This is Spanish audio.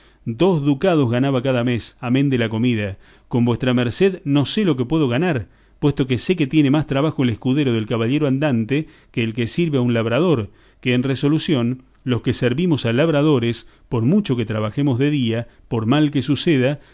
dos ducados ganaba cada mes amén de la comida con vuestra merced no sé lo que puedo ganar puesto que sé que tiene más trabajo el escudero del caballero andante que el que sirve a un labrador que en resolución los que servimos a labradores por mucho que trabajemos de día por mal que suceda